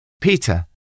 Peter